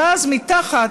ואז מתחת